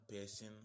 person